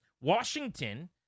Washington